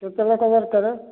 ଯେତେବେଳେ କହିବ ସେତେବେଳେ